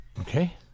Okay